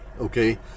okay